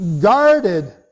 Guarded